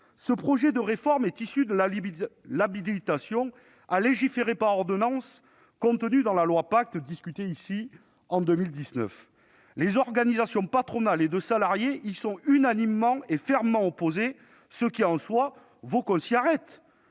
Ce projet de réforme est issu de l'habilitation à légiférer par ordonnance contenue dans la loi Pacte, discutée au Parlement en 2019. Les organisations patronales et de salariés y sont unanimement et fermement opposées, ce qui vaut, en soi, qu'on s'y arrête.